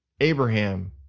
Abraham